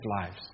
lives